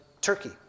Turkey